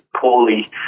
poorly